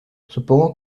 supongo